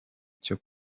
cyo